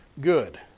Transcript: good